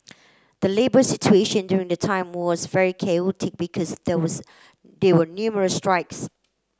the labour situation during the time was very chaotic because there was there were numerous strikes